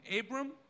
Abram